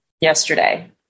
yesterday